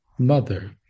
mother